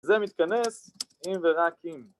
זה מתכנס אם ורק אם...